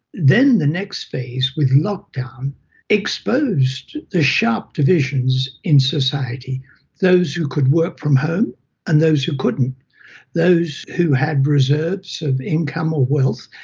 then the next phase with lockdown exposed the sharp divisions in society those who could work from home and those who couldn't those who had reserves of income or wealth,